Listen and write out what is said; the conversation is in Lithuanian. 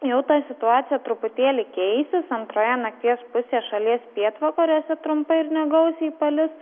jau ta situacija truputėlį keisis antroje nakties pusėje šalies pietvakariuose trumpai ir negausiai palis